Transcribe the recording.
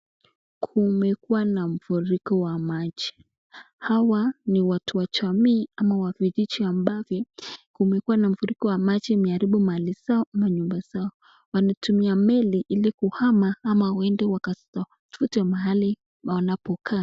Kumekua na mfuriko wa maji. Hawa ni watu wa jamii ama vijiji ambavyo kumekua na mafuriko ya maji imeharibu mali zao ama nyumba zao. Wanatumia meli ili kuhama ama waende wakazitafute mahali wanapokaa.